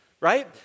Right